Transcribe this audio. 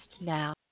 now